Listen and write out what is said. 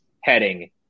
heading